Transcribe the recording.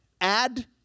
Add